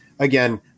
Again